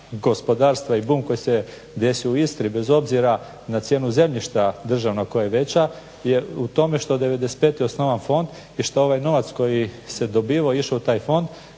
gospodarstva i bum koji se desio u Istri, bez obzira na cijenu zemljišta državnog koja je veća je u tome što je '95. osnovan fond i što je ovaj novac koji se dobivao išao u taj fond.